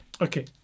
Okay